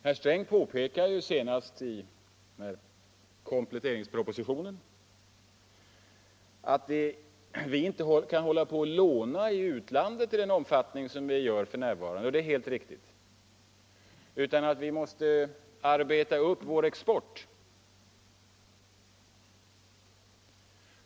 Herr Sträng påpekade senast i kompletteringspropositionen att vi inte orkar hålla på att låna i utlandet i den omfattning som vi gör f.n. — och det är helt riktigt — utan vi måste arbeta upp vår export.